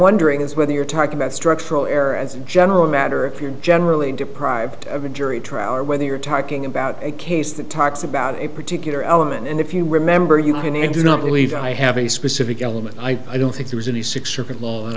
wondering is whether you're talking about structural error as a general matter if you're generally deprived of a jury trial or whether you're talking about a case that talks about a particular element and if you remember you can and do not believe i have a specific element i don't think there is any